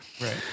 Right